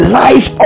life